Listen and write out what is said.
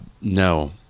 no